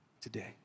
today